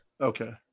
Okay